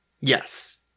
Yes